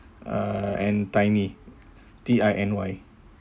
uh and tiny T I N Y